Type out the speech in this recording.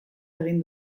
egin